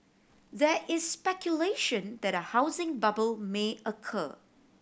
there is speculation that a housing bubble may occur